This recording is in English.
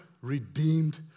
redeemed